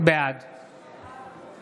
בעד